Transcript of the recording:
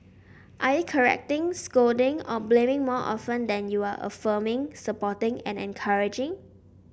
are you correcting scolding or blaming more often than you are affirming supporting and encouraging